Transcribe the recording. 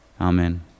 Amen